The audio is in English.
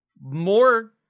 more